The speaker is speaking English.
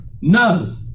No